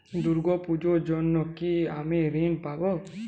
দুর্গা পুজোর জন্য কি আমি ঋণ পাবো?